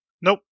Nope